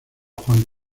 juan